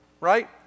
right